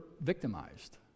victimized